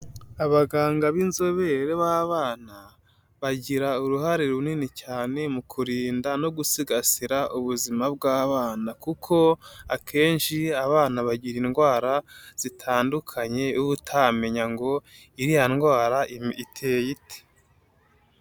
Abaganga b'inzobere b'abana bagira uruhare runini cyane mu kurinda no gusigasira ubuzima bw'abana kuko akenshi abana bagira indwara zitandukanye uba utamenya ngo iriya ndwara iteye ite.